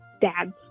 dad's